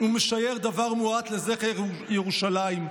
ומשייר דבר מועט זכר ירושלים.